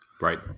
Right